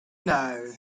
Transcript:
know